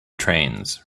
trains